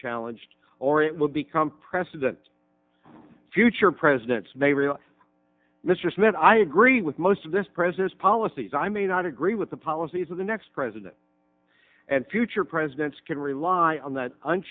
challenged or it will become precedent future presidents may very well mr smith i agree with most of this president's policies i may not agree with the policies of the next president and future presidents can rely on that